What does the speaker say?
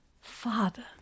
Father